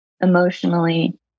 emotionally